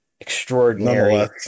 extraordinary